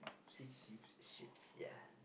s~ sheep ya